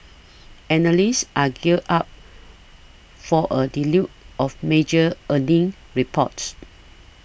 analysts are gear up for a deluge of major earnings reports